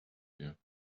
here